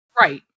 Right